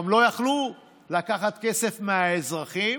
גם לא יכלו לקחת כסף מהאזרחים